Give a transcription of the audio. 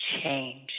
change